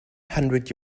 hundred